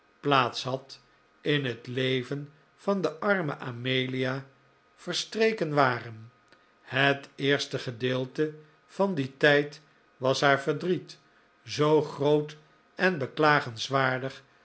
plaats had in het leven van de arme amelia verstreken waren het eerste gedeelte van dien tijd was haar verdriet zoo groot en